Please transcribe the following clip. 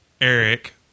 Eric